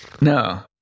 no